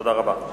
תודה רבה.